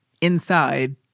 inside